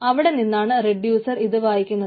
അവിടെനിന്നാണ് reducer ഇത് വായിക്കുന്നത്